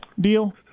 deal